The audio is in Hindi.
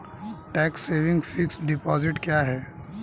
टैक्स सेविंग फिक्स्ड डिपॉजिट क्या है?